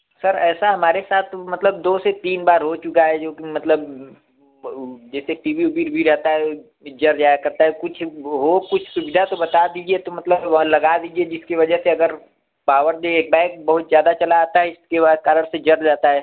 sir ऐसा हमारे साथ मतलब दो से तीन बार हो चुका है जो कि मतलब ब वो जैसे टी वी वीबी भी रहता है जल जाया करता है कुछ हो कुछ सुविधा तो बता दीजिए तो मतलब वह लगा दीजिए जिसकी वजह से अगर पावर जो है एक बैक बहुत ज्यादा चला आता है इसके बाद कारण से जल जाता है